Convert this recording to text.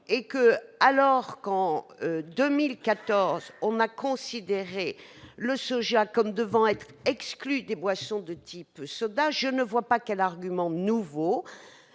Alors que, en 2014, on a considéré le soja comme devant être exclu des boissons de type soda, je ne vois pas quel argument nouveau